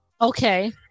Okay